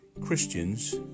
Christians